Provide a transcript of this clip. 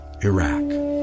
Iraq